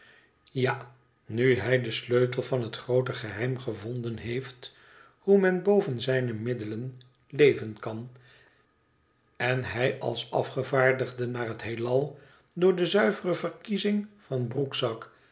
ja nu bij den sleutel van het groote geheim gevonden heeft hoe men boven zijne middelen leven kan en hij als afgevaardigde naar het heelal door de zuivere verkiezing van broekzak